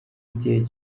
igihe